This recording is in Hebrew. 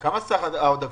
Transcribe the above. מה סך העודפים?